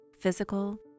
physical